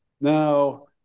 Now